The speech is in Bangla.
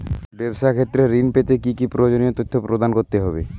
ব্যাবসা ক্ষেত্রে ঋণ পেতে কি কি প্রয়োজনীয় তথ্য প্রদান করতে হবে?